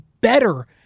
better